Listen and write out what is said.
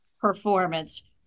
performance